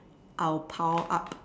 I will power up